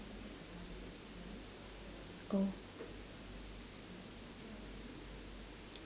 oh